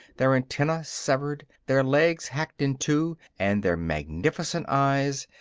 their antennae severed, their legs hacked in two and their magnificent eyes,